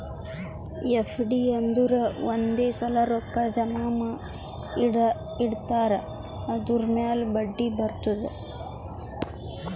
FD ಅಂದುರ್ ಒಂದೇ ಸಲಾ ರೊಕ್ಕಾ ಜಮಾ ಇಡ್ತಾರ್ ಅದುರ್ ಮ್ಯಾಲ ಬಡ್ಡಿ ಬರ್ತುದ್